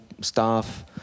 staff